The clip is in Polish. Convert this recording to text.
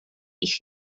ich